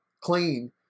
clean